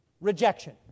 rejection